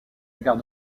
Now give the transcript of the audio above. gare